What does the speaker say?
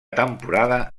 temporada